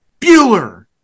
Bueller